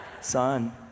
Son